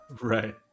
Right